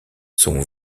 son